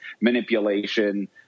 manipulation